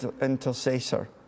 intercessor